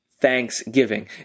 Thanksgiving